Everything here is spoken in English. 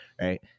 right